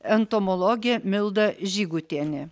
entomologė milda žygutienė